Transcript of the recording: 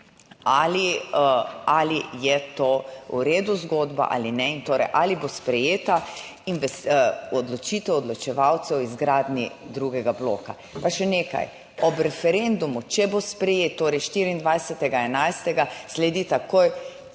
ali je to v redu zgodba ali ne in torej ali bo sprejeta odločitev odločevalcev o izgradnji drugega bloka. Pa še nekaj, ob referendumu, če bo sprejet, torej 24. 11., sledi takoj